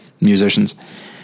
musicians